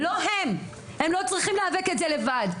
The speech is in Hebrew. הם לא צריכים להיאבק לבד.